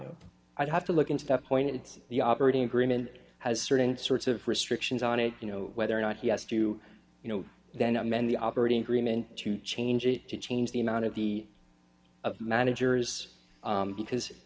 know i'd have to look into that point it's the operating agreement that has certain sorts of restrictions on it you know whether or not he has to you know then amend the operating agreement to change it to change the amount of the of managers because